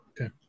Okay